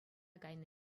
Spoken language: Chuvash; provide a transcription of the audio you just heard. кайнӑ